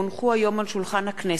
כי הונחו היום על שולחן הכנסת,